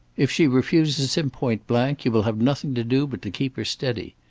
if she refuses him point blank, you will have nothing to do but to keep her steady.